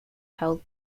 held